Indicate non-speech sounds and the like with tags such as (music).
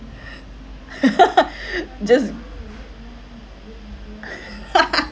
(laughs) just (laughs)